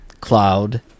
Cloud